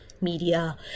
media